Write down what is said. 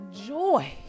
joy